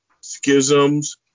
schisms